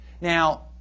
Now